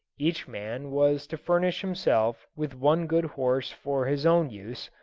each man was to furnish himself with one good horse for his own use,